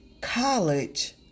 College